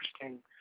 interesting